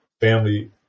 family